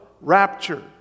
rapture